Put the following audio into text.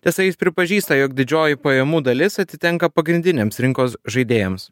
tiesa jis pripažįsta jog didžioji pajamų dalis atitenka pagrindinėms rinkos žaidėjams